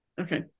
Okay